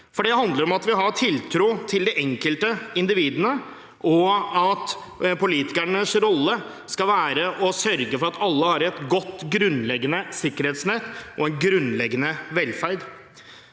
osv. Det handler om at man har tiltro til enkeltindividet, og at politikernes rolle skal være å sørge for at alle har et godt grunnleggende sikkerhetsnett og en grunnleggende velferd.